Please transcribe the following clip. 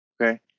Okay